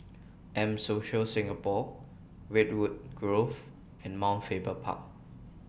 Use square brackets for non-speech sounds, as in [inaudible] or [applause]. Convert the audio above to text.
[noise] M Social Singapore Redwood Grove and Mount Faber Park